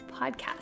podcast